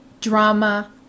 drama